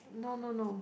no no no